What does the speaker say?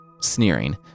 Sneering